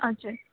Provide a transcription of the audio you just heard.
हजुर